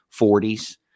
40s